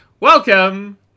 Welcome